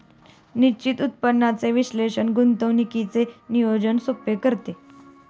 निश्चित उत्पन्नाचे विश्लेषण गुंतवणुकीचे नियोजन सोपे करते